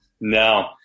no